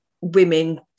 women